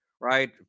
right